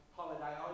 holiday